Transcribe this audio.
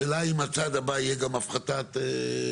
השאלה אם הצעד הבא יהיה גם הפחתת הפיתוח?